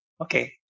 Okay